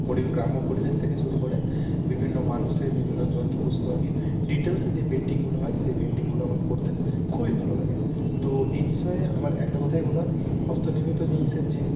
পরি গ্রাম্য পরিবেশ থেকে শুরু করে বিভিন্ন মানুষের বিভিন্ন জন্তু পশু পাখির ডিটেলসে যে পেন্টিংগুলো হয় সেই পেন্টিংগুলো আমাকে করতে খুবই ভালো লাগে তো এই বিষয়ে আমার একটা কথাই বলার হস্ত নির্মিত জিনিসের যে